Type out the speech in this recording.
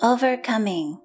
Overcoming